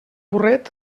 burret